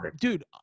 dude